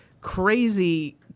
crazy